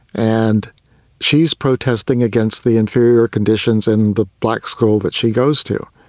and she is protesting against the inferior conditions in the black school that she goes to.